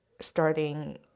starting